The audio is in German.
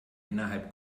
innerhalb